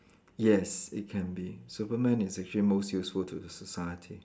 yes it can be Superman is actually most useful to the society